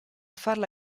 farla